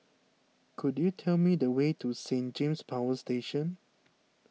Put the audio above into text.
could you tell me the way to Saint James Power Station